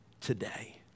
today